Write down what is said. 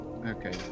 Okay